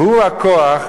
והוא הכוח,